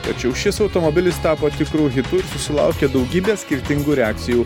tačiau šis automobilis tapo tikru hitu ir susilaukė daugybės skirtingų reakcijų